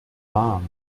warm